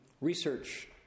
research